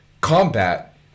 combat